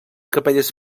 capelles